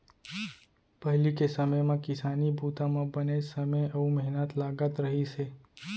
पहिली के समे म किसानी बूता म बनेच समे अउ मेहनत लागत रहिस हे